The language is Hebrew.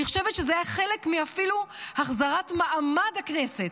אני חושבת שזה היה אפילו חלק מהחזרת מעמד הכנסת,